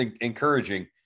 encouraging